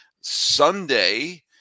Sunday